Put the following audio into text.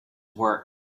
work